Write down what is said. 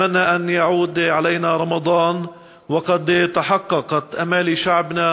מי ייתן וברמדאן הבא יתגשמו כל תקוות עמנו